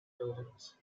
buildings